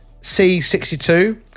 C62